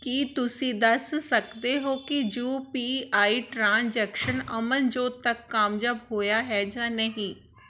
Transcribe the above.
ਕੀ ਤੁਸੀਂਂ ਦੱਸ ਸਕਦੇ ਹੋ ਕਿ U P I transaction Amanjot ਤੱਕ ਕਾਮਯਾਬ ਹੋਇਆ ਹੈ ਜਾਂ ਨਹੀਂ